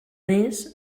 més